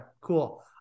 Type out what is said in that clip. cool